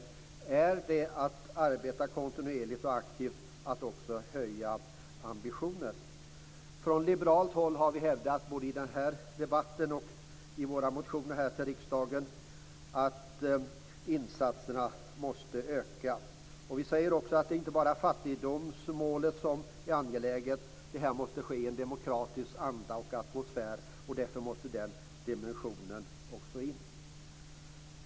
Innebär det faktum att man arbetar kontinuerligt och aktivt att man också höjer ambitionen? Vi har från liberalt håll både i den här debatten och i våra motioner till riksdagen hävdat att insatserna måste öka. Vi säger också att det inte bara är fattigdomsmålet som är angeläget. Det här måste också ske i en demokratisk anda och atmosfär. Därför måste den dimensionen också in.